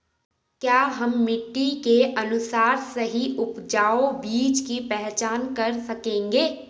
क्या हम मिट्टी के अनुसार सही उपजाऊ बीज की पहचान कर सकेंगे?